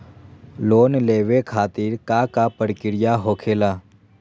Loan लेवे खातिर का का प्रक्रिया होखेला?